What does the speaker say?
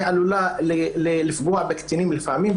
היא עלולה לפגוע בקטינים לפעמים.